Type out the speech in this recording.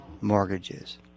mortgages